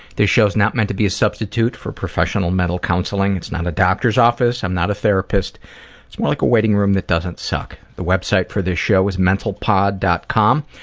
this show is not meant to be a substitute for professional mental counseling, it's not a doctor's office, i'm not a therapist, it's more like a waiting room that doesn't suck. the website for this show is mentalpod. com.